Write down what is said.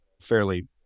fairly